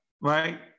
right